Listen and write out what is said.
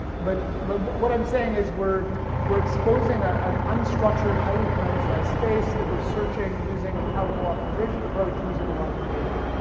but but what what i'm saying is we're we're exposing ah an unstructured highly parameterized space that we're searching using a powerful optimization approach using a lot of data.